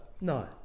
no